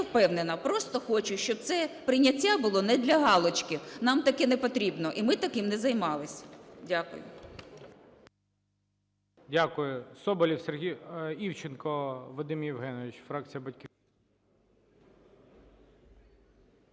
не впевнена. Просто хочу, щоб це прийняття було не для галочки. Нам таке не потрібно. І ми таким не займались. Дякую.